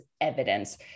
evidence